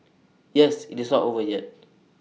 yes IT is not over yet